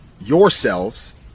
yourselves